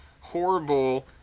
horrible